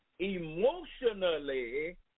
emotionally